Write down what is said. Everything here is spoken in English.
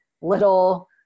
little